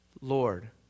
Lord